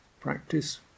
practice